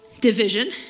division